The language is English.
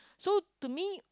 so to me